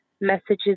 messages